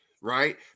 right